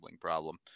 problem